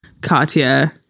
Katya